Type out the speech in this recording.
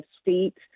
state